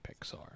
Pixar